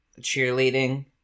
cheerleading